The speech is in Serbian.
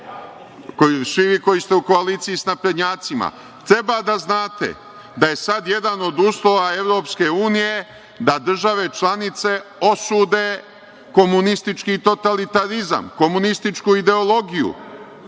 svi vi koji ste u koaliciji sa naprednjacima, treba da znate da je sada jedan od uslova EU da države članice osude komunistički totalitarizam, komunističku ideologiju.